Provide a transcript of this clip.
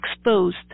exposed